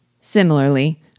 Similarly